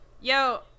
Yo